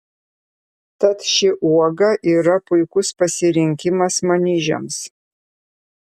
tad ši uoga yra puikus pasirinkimas smaližiams